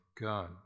God